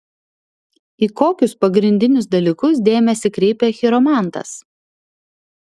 į kokius pagrindinius dalykus dėmesį kreipia chiromantas